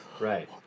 Right